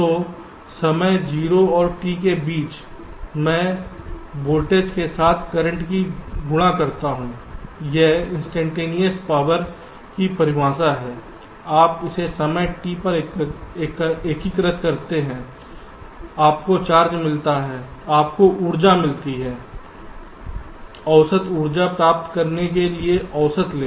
तो समय 0 और T के बीच मैं वोल्टेज के साथ करंट को गुणा करता हूं यह इंस्टैन्टेनियस पावर की परिभाषा है आप इसे समय T पर एकीकृत करते हैं आपको ऊर्जा मिलती है औसत ऊर्जा प्राप्त करने के लिए औसत ले